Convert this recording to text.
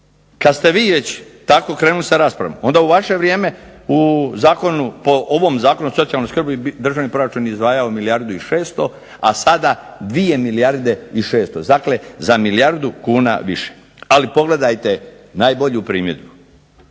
Kad ste vi već tako krenuli sa raspravom onda u vaše vrijeme po ovom Zakonu o socijalnoj skrbi državni proračun je izdvajao milijardu i 600, a sada 2 milijarde i 600, dakle za milijardu kuna više. Ali pogledajte najbolju primjedbu.